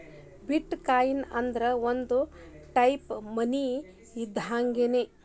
ಬಿಟ್ coin ಅಂದ್ರ ಒಂದ type money ಇದ್ದಂಗ್ಗೆನ್